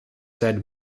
said